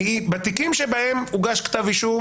בתיקים שבהם הוגש כתב אישום